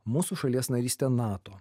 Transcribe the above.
mūsų šalies narystė nato